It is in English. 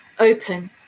open